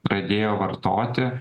pradėjo vartoti